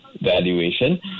valuation